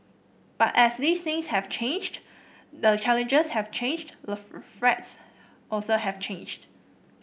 but as these things have changed the challenges have changed the threats also have changed